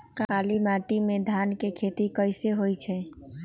काली माटी में धान के खेती कईसे होइ छइ?